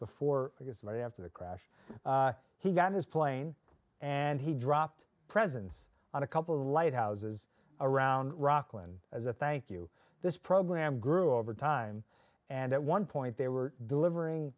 before right after the crash he got his plane and he dropped presence on a couple of lighthouses around rockland as a thank you this program grew over time and at one point they were delivering